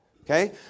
Okay